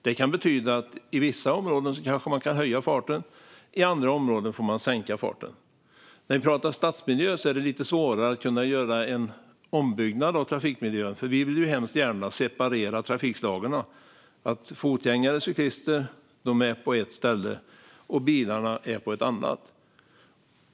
Det kan betyda att i vissa områden kanske man kan höja farten, medan man får sänka farten i andra områden. I en stadsmiljö är det svårare att göra en ombyggnad av trafikmiljön. Vi vill ju hemskt gärna separera trafikslagen så att fotgängare och cyklister är på ett ställe och bilarna på ett annat.